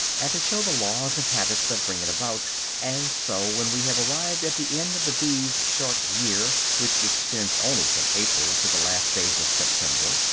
and to show the laws and habits that bring it about and so, when we have arrived at the end of the bees' short year, which extends only from april to the last days of september,